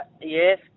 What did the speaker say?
Yes